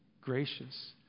gracious